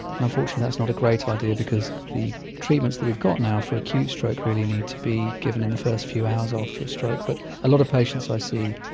and unfortunately that's not a great idea because the treatments that we've got now for acute stroke really need to be given in the first few hours after a stroke. but a lot of patients i see,